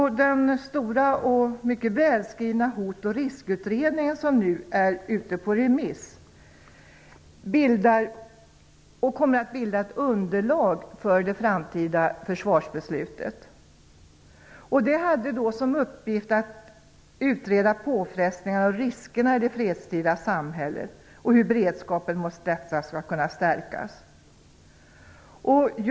Den stora och mycket välskrivna Hotoch riskutredningen som nu är ute på remiss kommer att bilda ett underlag för det framtida försvarsbeslutet. Den hade som uppgift att utreda påfrestningar och risker i det fredstida samhället och hur beredskapen mot dessa skall kunna stärkas.